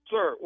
Sir